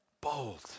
bold